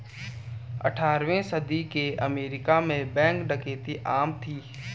अठारहवीं सदी के अमेरिका में बैंक डकैती आम थी